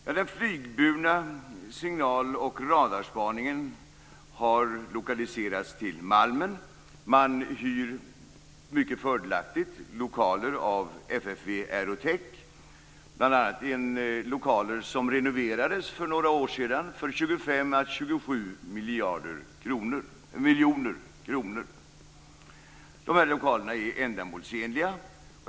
Jo, den flygburna signal och radarspaningen har lokaliserats till Malmen. Man hyr mycket fördelaktigt lokaler av FFV Aerotech, bl.a. lokaler som för några år sedan renoverades för 25-27 miljoner kronor. Lokalerna är ändamålsenliga.